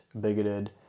bigoted